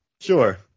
Sure